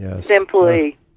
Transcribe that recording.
simply